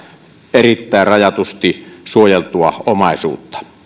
erittäin rajatusti suojeltua omaisuutta